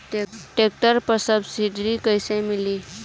Tractor पर subsidy कैसे मिली?